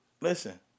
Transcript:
Listen